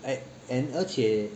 and 而且